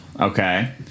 okay